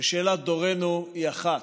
ושאלת דורנו היא אחת: